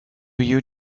you